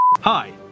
Hi